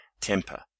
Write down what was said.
temper